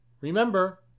Remember